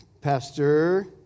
Pastor